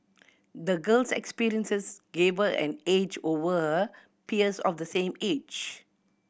the girl's experiences gave her an edge over her peers of the same age